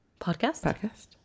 Podcast